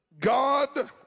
God